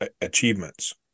achievements